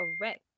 Correct